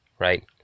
Right